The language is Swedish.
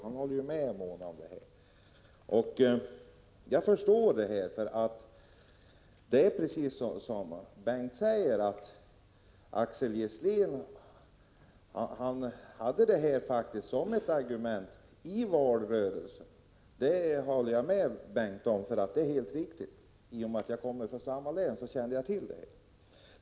Det är precis som Bengt Wittbom säger att Axel Gisslén faktiskt använde detta som ett argument i valrörelsen. Det är helt riktigt. I och med att jag kommer från samma län så känner jag till detta.